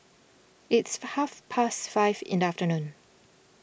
it is half past five in the afternoon